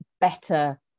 better